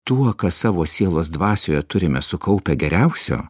tuo ką savo sielos dvasioje turime sukaupę geriausio